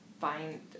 find